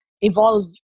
evolve